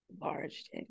large